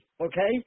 okay